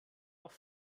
auch